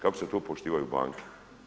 Kako se to poštivaju banke?